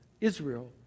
Israel